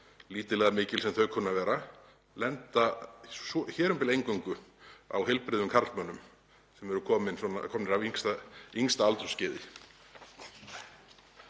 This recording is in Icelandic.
lítil eða mikil sem þau kunna að vera, að þau lenda hér um bil eingöngu á heilbrigðum karlmönnum sem eru komnir af yngsta aldursskeiði?